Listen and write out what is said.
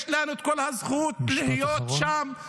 יש לנו את כל הזכות להיות שם -- משפט אחרון.